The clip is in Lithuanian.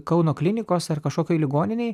kauno klinikose ar kažkokioj ligoninėj